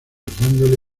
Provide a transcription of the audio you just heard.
dándole